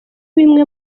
bimwe